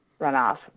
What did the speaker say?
runoff